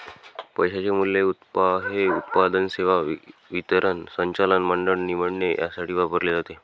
पैशाचे मूल्य हे उत्पादन, सेवा वितरण, संचालक मंडळ निवडणे यासाठी वापरले जाते